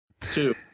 Two